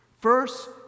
First